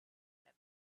left